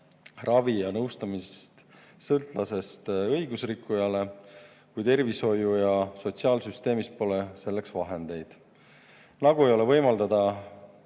ravi ja nõustamist sõltlasest õigusrikkujale, kui tervishoiu‑ ja sotsiaalsüsteemis pole selleks vahendeid. Nagu ei ole võimalik